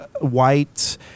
white